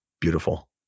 beautiful